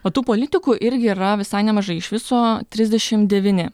o tų politikų irgi yra visai nemažai iš viso trisdešimt devyni